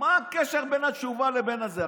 מה הקשר בין התשובה לבין הזה?